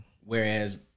Whereas